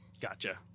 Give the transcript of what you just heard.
gotcha